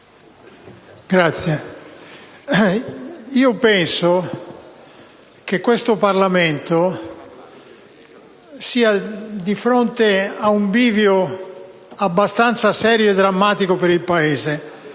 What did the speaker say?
io penso che questo Parlamento sia di fronte a un bivio abbastanza serio e drammatico per il Paese, perché